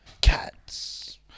Cats